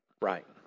Right